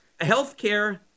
healthcare